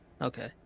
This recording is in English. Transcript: okay